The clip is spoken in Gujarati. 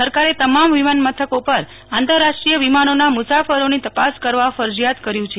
સરકારે તમામ વિમાન મથકો પર આંતરરાષ્ટ્રીય વિમાનોના મુસાફરોની તપાસ કરવા ફરજીયાત કર્યું છે